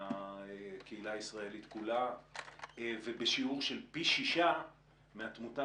מהקהילה הישראלית כולה ובשיעור של פי שישה מהתמותה